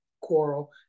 Quarrel